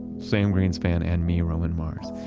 sam greenspan and me, roman mars.